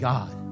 God